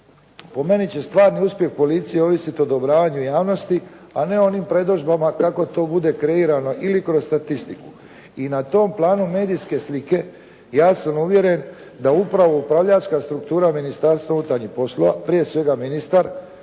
po meni će stvari uspjeh policije ovisiti o odobravanju javnosti, a ne onim predodžbama kako to bude kreirano ili kroz statistiku i na tom planu medijske slike ja sam uvjeren da upravo upravljačka struktura Ministarstva unutarnjih poslova prije svega ministar